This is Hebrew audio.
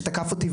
שתקף אותי,